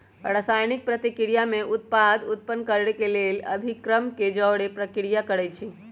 रसायनिक प्रतिक्रिया में उत्पाद उत्पन्न केलेल अभिक्रमक के जओरे प्रतिक्रिया करै छै